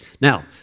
Now